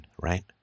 right